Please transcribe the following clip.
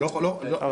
מה,